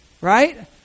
right